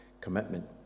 commitment